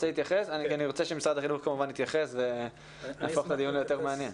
אני רוצה שמשרד החינוך יתייחס ויהפוך את הדיון ליותר מעניין.